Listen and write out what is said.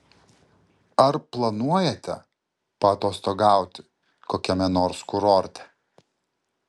ar planuojate paatostogauti kokiame nors kurorte